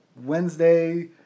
Wednesday